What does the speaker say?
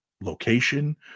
location